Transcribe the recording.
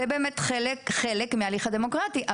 חלק מההליך הדמוקרטי.